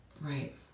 Right